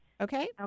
Okay